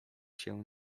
się